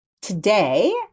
Today